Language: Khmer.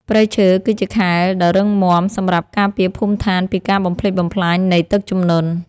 ព្រៃឈើគឺជាខែលដ៏រឹងមាំសម្រាប់ការពារភូមិឋានពីការបំផ្លិចបំផ្លាញនៃទឹកជំនន់។ព្រៃឈើគឺជាខែលដ៏រឹងមាំសម្រាប់ការពារភូមិឋានពីការបំផ្លិចបំផ្លាញនៃទឹកជំនន់។